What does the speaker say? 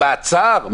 מעצר?